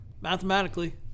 mathematically